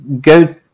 go